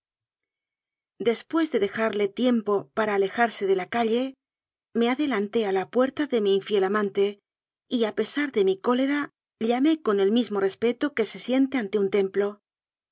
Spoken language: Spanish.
después de dejarle tiempo para ale jarse de la calle me adelanté a la puerta de mi infiel amante y a pesar de mi cólera llamé con el mismo respeto que se siente ante un templo